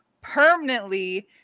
permanently